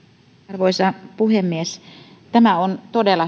arvoisa puhemies tämä on todella